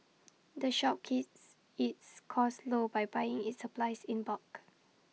the shop keeps its costs low by buying its supplies in bulk